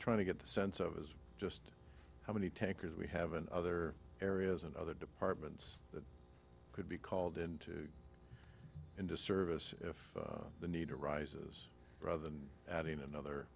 trying to get the sense of is just how many takers we have and other areas and other departments could be called into into service if the need arises rather than adding another